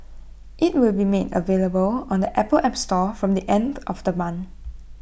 IT will be made available on the Apple app store from the end of the month